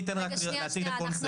שנציג את ההסבר לפני ההקראה.